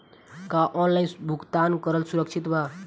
का ऑनलाइन भुगतान करल सुरक्षित बा?